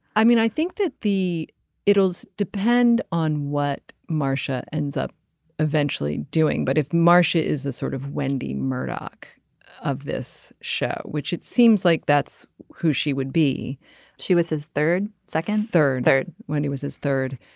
i mean i think that the it does depend on what marsha ends up eventually doing but if marsha is the sort of wendy murdoch of this show which it seems like that's who she would be she was his third second third third when he was his third.